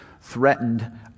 threatened